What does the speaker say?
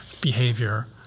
behavior